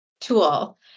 tool